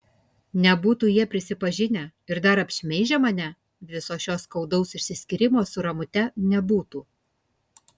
nebūtų jie prisipažinę ir dar apšmeižę mane viso šio skaudaus išsiskyrimo su ramute nebūtų